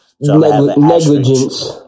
negligence